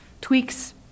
tweaks